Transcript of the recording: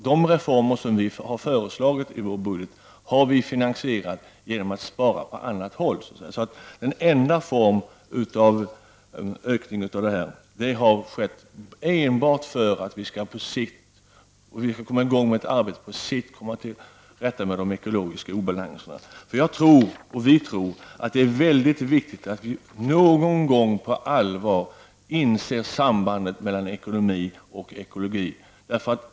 De reformer som vi har föreslagit i vårt budgetalternativ har vi finansierat genom att spara på annat håll. Den enda form av ökning som vi föreslår är betingad enbart av behovet att få i gång ett arbete på sikt för att komma till rätta med de ekologiska obalanserna. Vi tror att det är mycket viktigt att man någon gång på allvar inser sambandet mellan ekonomi och ekologi.